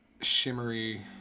shimmery